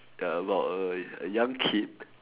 ya about a a young kid